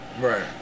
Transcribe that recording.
Right